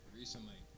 recently